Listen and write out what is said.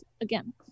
again